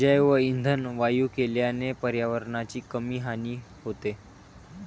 जैवइंधन वायू केल्याने पर्यावरणाची कमी हानी होते